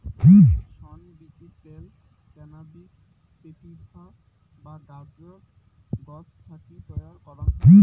শন বীচির ত্যাল cannabis sativa বা গাঁজার গছ থাকি তৈয়ার করাং হই